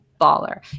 baller